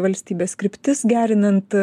valstybės kryptis gerinant